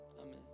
amen